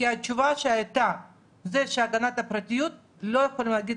התשובה שהייתה זה שיש הגנה על הפרטיות ולא יכולים להגיד